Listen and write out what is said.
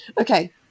Okay